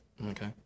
Okay